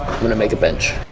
going to make a bench.